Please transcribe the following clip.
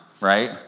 right